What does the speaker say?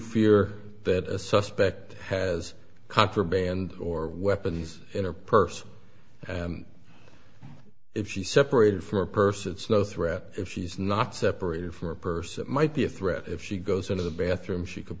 fear that a suspect has contraband or weapons in her purse and if she separated from her purse it's no threat if she's not separated from a person might be a threat if she goes into the bathroom she could